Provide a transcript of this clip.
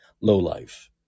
lowlife